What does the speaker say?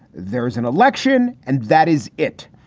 there's an election and that is it.